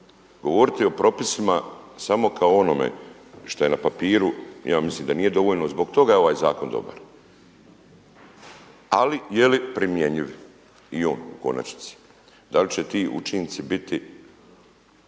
Govoriti o propisima samo kao o onome što je na papiru ja mislim da nije dovoljno, zbog toga je ovaj zakon dobar. Ali je li primjenjiv i on u konačnici? Da li će ti učinci biti,